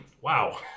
wow